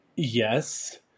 yes